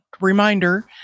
reminder